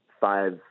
five